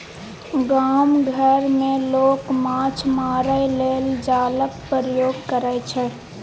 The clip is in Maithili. गाम घर मे लोक माछ मारय लेल जालक प्रयोग करय छै